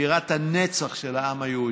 בירת הנצח של העם היהודי,